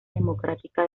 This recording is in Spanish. democrática